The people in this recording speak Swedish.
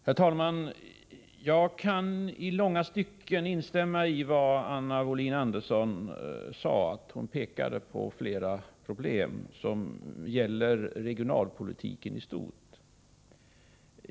Herr talman! Jag kan i långa stycken instämma i vad Anna Wohlin Andersson sade. Hon pekade på flera problem som gäller regionalpolitiken i stort.